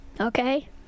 okay